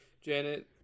Janet